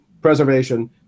preservation